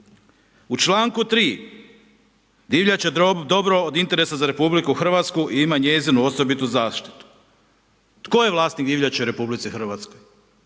U članku 3. divljač je dobro od interesa za RH i ima njezinu osobitu zaštitu. Tko je vlasnik divljači u RH?